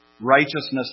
righteousness